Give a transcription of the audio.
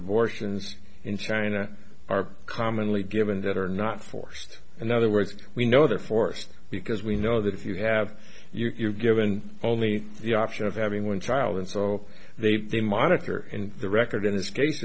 abortions in china are commonly given that are not forced in other words we know they're forced because we know that if you have you're given only the option of having one child and so they then monitor and the record in this case